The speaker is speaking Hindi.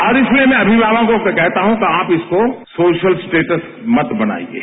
और इसलिए मै अनिमावकों को करता हूं कि आप इसको सोशल स्टेट्स मत बनाईये